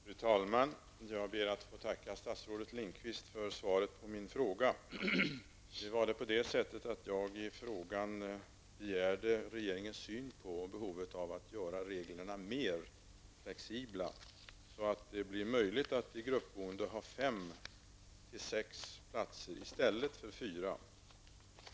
Fru talman! Jag ber att få tacka statsrådet Lindqvist för svaret på min fråga. I frågan begär jag att få veta regeringens syn på behovet av att göra reglerna mer flexibla, så att det blir möjligt att i gruppboende ha fem à sex platser i stället för fyra.